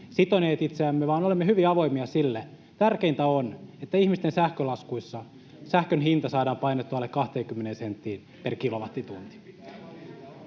sitoneet itseämme, vaan olemme hyvin avoimia sille. Tärkeintä on, että ihmisten sähkölaskuissa sähkön hinta saadaan painettua alle 20 senttiin per kilowattitunti.